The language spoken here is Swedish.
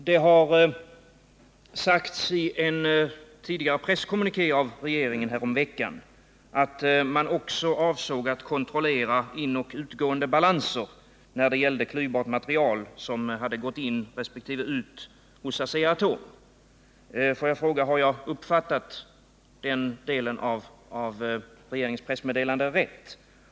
Det har sagts i en presskommuniké från regeringen häromveckan, att man också avsåg att kontrollera inoch utgående balanser när det gällde klyvbart material som hade gått in resp. ut hos Asea-Atom. Får jag fråga: Har jag uppfattat den delen av regeringens pressmeddelande rätt?